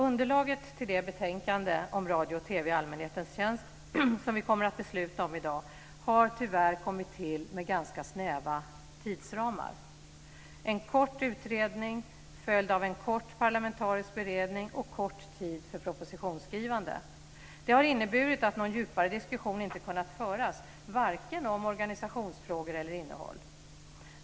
Underlaget till det betänkande om radio och TV i allmänhetens tjänst som vi kommer att besluta om i dag har tyvärr kommit till med ganska snäva tidsramar - en kort utredning följd av en kort parlamentarisk beredning och en kort tid för propositionsskrivande. Det har inneburit att någon djupare diskussion inte har kunnat föras vare sig om organisationsfrågor eller om innehåll.